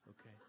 Okay